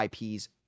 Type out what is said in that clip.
IPs